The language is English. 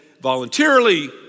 voluntarily